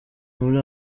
muri